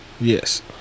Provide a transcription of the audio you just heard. Yes